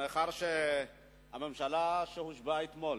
מאחר שהממשלה שהושבעה אתמול